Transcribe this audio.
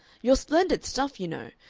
you're splendid stuff, you know,